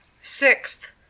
Sixth